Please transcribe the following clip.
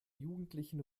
jugendlichen